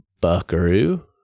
buckaroo